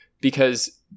because-